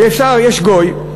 יש גוי,